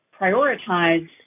prioritize